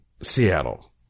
Seattle